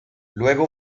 luego